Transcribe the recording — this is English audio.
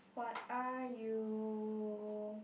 what are you